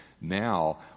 now